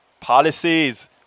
Policies